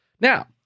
Now